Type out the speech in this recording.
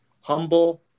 humble